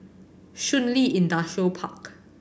Shun Li Industrial Park